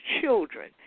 children